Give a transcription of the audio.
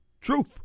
truth